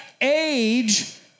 age